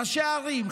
ראשי ערים,